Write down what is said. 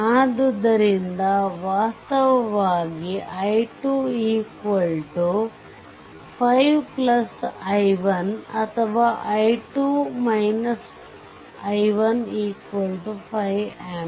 ಆದ್ದರಿಂದ ವಾಸ್ತವವಾಗಿ i2 5 i1 ಅಥವಾ i2 i1 5 ampere